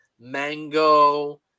Mango